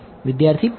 વિદ્યાર્થી U 3